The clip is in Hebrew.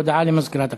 הודעה למזכירת הכנסת.